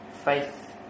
Faith